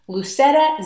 Lucetta